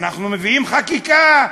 אנחנו מביאים חקיקה,